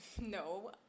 No